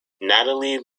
nathalie